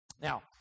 Now